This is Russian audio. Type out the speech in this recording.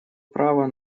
право